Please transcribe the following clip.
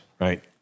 right